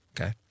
okay